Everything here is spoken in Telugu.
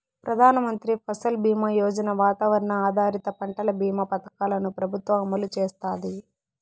ప్రధాన మంత్రి ఫసల్ బీమా యోజన, వాతావరణ ఆధారిత పంటల భీమా పథకాలను ప్రభుత్వం అమలు చేస్తాంది